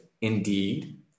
indeed